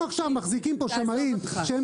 אנחנו עכשיו מחזיקים פה שמאים שהם